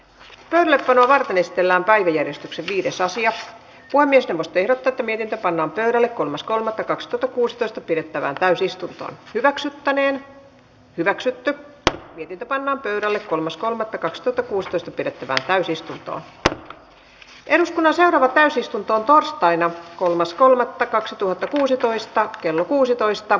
hyperavartenistellään päiväjärjestyksen viidesosa ja voimistelusperata niin että pannaan pöydälle kunnes kolme kaksi tuto kuusitoista pidettävän täysistuto hyväksyttäneen hyväksytty piti panna pöydälle kolme s kolme prostata kuusitoista pidettävään täysistuntoa ensimmäistä täysistuntoon torstaina kolmas kolmannetta kaksituhattakuusitoista kello kuusitoista